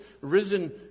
risen